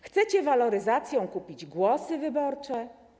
Chcecie waloryzacją kupić głosy wyborcze?